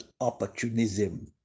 opportunism